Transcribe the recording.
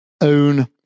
own